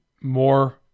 more